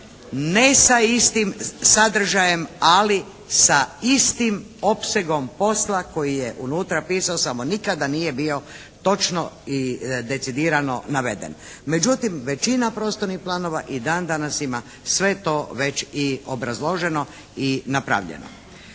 ne sa istim sadržajem ali sa istim opsegom posla koji je unutra pisao samo nikada nije bio točno i decidirano naveden. Međutim, većina prostornih planova i dan danas ima sve to već i obrazloženo i napravljeno.